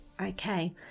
Okay